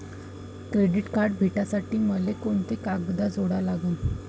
Credit card भेटासाठी मले कोंते कागद जोडा लागन?